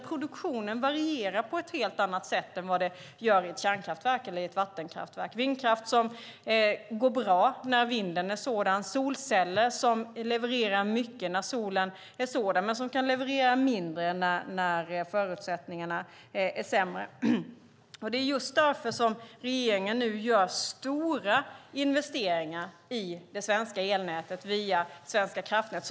Produktionen varierar också på ett helt annat sätt än vad den gör i ett kärnkraftverk eller vattenkraftverk. Vindkraft går bra när vinden är sådan, och solceller levererar mycket när solen är sådan, men de levererar mindre när förutsättningarna är sämre. Det är just därför som regeringen nu gör stora investeringar i det svenska elnätet via Svenska kraftnät.